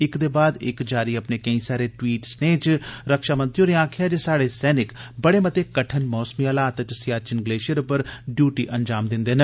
इक दे बाद इक जारी अपने केंई सारे टवीट सनेए च रक्षामंत्री होरें आक्खेया जे स्हाड़े सैनिक बड़े मते कठन मौसमी हालात च सियाचिन ग्लेशियर पर इयूटी अंजाम दिन्दे न